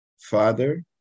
father